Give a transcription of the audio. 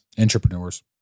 Entrepreneurs